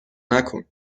مکن